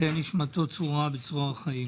תהא נשמתו צרורה בצרור החיים.